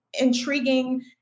intriguing